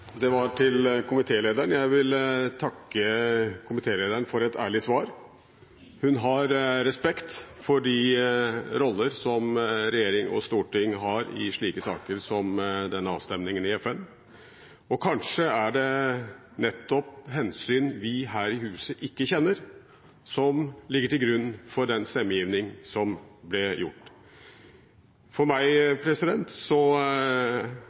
det nettopp hensyn vi her i huset ikke kjenner, som ligger til grunn for den stemmegivning som ble gjort. For meg